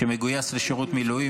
שמגויס לשירות מילואים,